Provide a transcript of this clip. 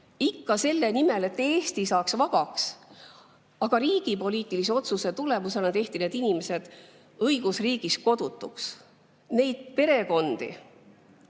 ikka selle nimel, et Eesti saaks vabaks. Aga riigi poliitilise otsuse tulemusena tehti need inimesed õigusriigis kodutuks. Neid perekondi